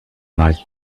like